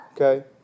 Okay